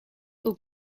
aux